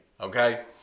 Okay